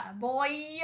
boy